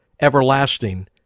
everlasting